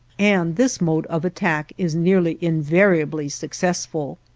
and this mode of attack is nearly invariably successful.